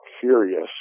curious